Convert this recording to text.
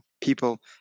people